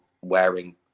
wearing